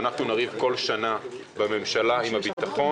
אם אנחנו נריב כל שנה בממשלה עם הביטחון,